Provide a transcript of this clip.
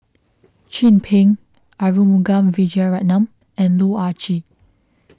Chin Peng Arumugam Vijiaratnam and Loh Ah Chee